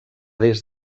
des